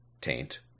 Taint